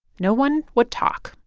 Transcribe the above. no one would talk.